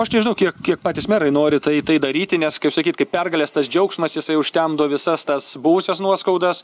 aš nežinau kiek kiek patys merai nori tai tai daryti nes kaip sakyt kaip pergalės tas džiaugsmas jisai užtemdo visas tas buvusias nuoskaudas